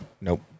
Nope